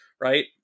Right